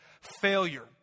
failure